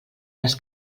les